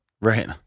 Right